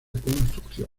construcción